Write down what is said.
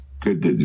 good